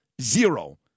Zero